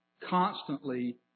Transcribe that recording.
constantly